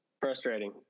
frustrating